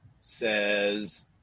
says